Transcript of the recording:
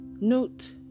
Note